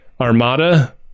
armada